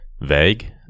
vague